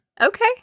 Okay